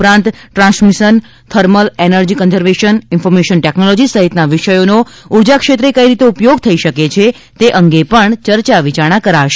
ઉપરાંત transmission thermal energy conservation information technology સહિતના વિષયોનો ઉર્જા ક્ષેત્રે કઈ રીતે ઉપયોગ થઈ શકે છે તે અંગે પણ ચર્ચાવિયારણા કરાશે